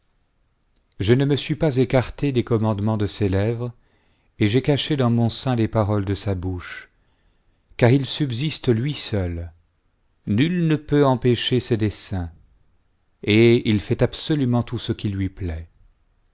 je ne me suis pas écarté des commandements de ses lèvres et j'ai caché dans mon sein les paroles de sa bouche car il subsiste lui seul nul ne peut empêcher tes desseins et il fait absolument tout ce ojii lui plaît